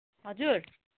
हजुर